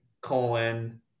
colon